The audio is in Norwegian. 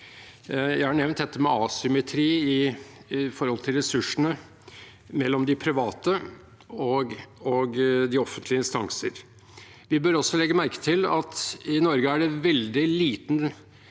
Jeg har nevnt dette med asymmetri når det gjelder ressursene mellom de private og de offentlige instanser. Vi bør også legge merke til at det i Norge er veldig liten